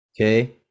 Okay